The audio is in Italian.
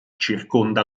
circonda